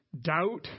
doubt